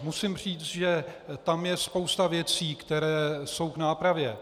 Musím říct, že tam je spousta věcí, které jsou k nápravě.